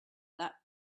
that